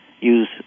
use